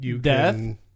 death